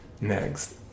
Next